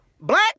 Black